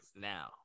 now